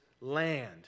land